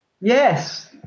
Yes